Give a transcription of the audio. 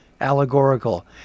allegorical